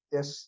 Yes